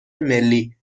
ملی